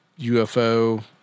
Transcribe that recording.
UFO